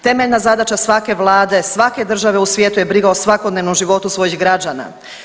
Temeljna zadaća svake vlade, svake države u svijetu je briga o svakodnevnom životu svojih građana.